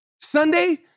Sunday